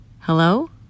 Hello